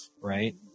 right